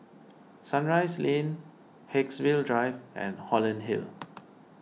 Sunrise Lane Haigsville Drive and Holland Hill